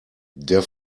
der